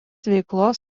veiklos